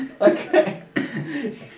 Okay